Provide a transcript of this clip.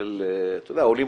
של עולים